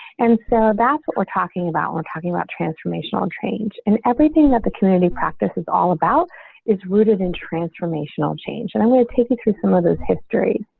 and so that's what we're talking about. we're talking about transformational change and everything that the community practice is all about is rooted in transformational change. and i'm going to take you through some others. history